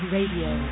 Radio